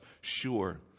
sure